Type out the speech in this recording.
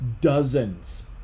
dozens